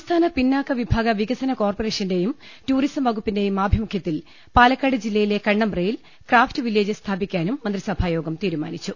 സംസ്ഥാന പിന്നാക്ക വിഭാഗ വികസന ക്യോർപ്പറേഷന്റേയും ടൂറിസം വകുപ്പിന്റേയും ആഭിമുഖ്യത്തിൽ പാലക്കാട് ജില്ലയിലെ കണ്ണമ്പ്രയിൽ ക്രാഫ്റ്റ് വില്ലേജ് സ്ഥാപിക്കാനും മന്ത്രിസഭ തീരുമാനി ച്ചു